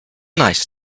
nice